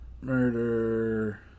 murder